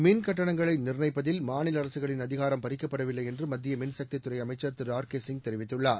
மின் கட்டணங்களை நிர்ணயிப்பதில் மாநில அரசுகளின் அதிகாரம் பறிக்கப்படவில்லை என்று மத்திய மின்சக்தி துறை அமைச்சர் திரு ஆர் கே சிங் தெரிவித்துள்ளார்